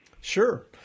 Sure